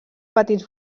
petits